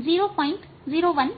001 होगा